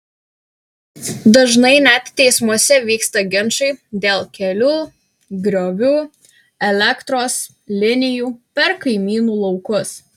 dažnai net teismuose vyksta ginčai dėl kelių griovių elektros linijų per kaimynų laukus